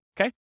Okay